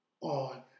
on